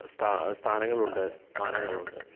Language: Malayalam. സ്ഥാനങ്ങളുണ്ട് മാനങ്ങളുണ്ട്